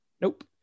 Nope